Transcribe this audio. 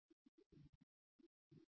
എന്താണ് ഇവിടെ ഞാൻ എഴുതേണ്ടത്